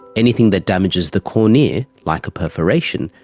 anything that damages the cornea, like a perforation,